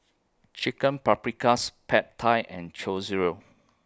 Chicken Paprikas Pad Thai and Chorizo